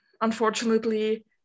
unfortunately